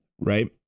right